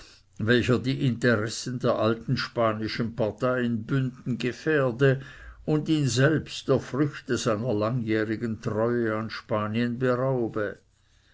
welcher die interessen der alten spanischen partei in bünden gefährde und ihn selbst der früchte seiner langjährigen treue an spanien beraube